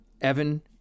Evan